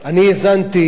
אני האזנתי,